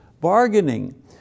Bargaining